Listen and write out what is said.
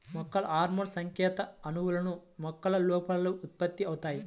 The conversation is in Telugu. మొక్కల హార్మోన్లుసంకేత అణువులు, మొక్కల లోపల ఉత్పత్తి అవుతాయి